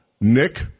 Nick